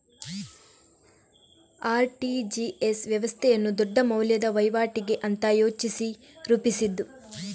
RTGS ವ್ಯವಸ್ಥೆಯನ್ನ ದೊಡ್ಡ ಮೌಲ್ಯದ ವೈವಾಟಿಗೆ ಅಂತ ಯೋಚಿಸಿ ರೂಪಿಸಿದ್ದು